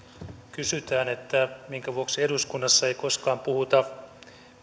kysytään minkä vuoksi eduskunnassa ei koskaan puhuta